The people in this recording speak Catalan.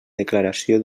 declaració